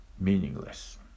meaningless